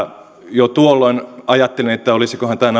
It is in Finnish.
jo tuolloin ajattelin että olisikohan tähän